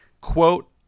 Quote